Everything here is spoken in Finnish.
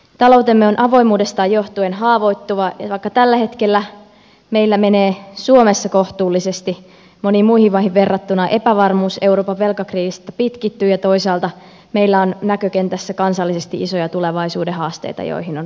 taloutemme on avoimuudestaan johtuen haavoittuva ja vaikka tällä hetkellä meillä menee suomessa kohtuullisesti moniin muihin maihin verrattuna epävarmuus euroopan velkakriisistä pitkittyy ja toisaalta meillä on näkökentässä kansallisesti isoja tulevaisuuden haasteita joihin on varauduttava